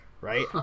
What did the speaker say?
right